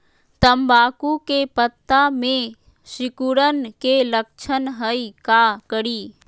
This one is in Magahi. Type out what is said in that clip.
तम्बाकू के पत्ता में सिकुड़न के लक्षण हई का करी?